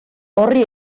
horri